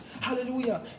hallelujah